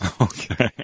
Okay